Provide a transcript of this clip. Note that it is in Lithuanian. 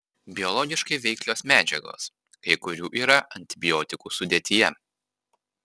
biologiškai veiklios medžiagos kai kurių yra antibiotikų sudėtyje